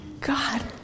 God